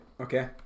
Okay